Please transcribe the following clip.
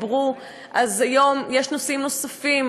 אז היום יש נושאים נוספים.